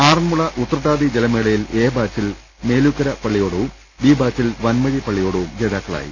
ആറൻമുള ഉത്രട്ടാതി ജലമേളയിൽ എ ബാച്ചിൽ മേലൂക്കര പള്ളി യോടവും ബി ബാച്ചിൽ വൻമഴി പള്ളിയോടവും ജേതാക്കളായി